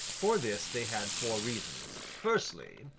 for this they had four reasons. firstly,